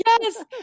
yes